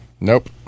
Nope